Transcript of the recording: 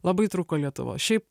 labai trūko lietuvos šiaip